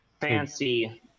fancy